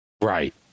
Right